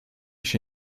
się